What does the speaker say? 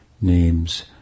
names